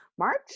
March